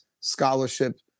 scholarship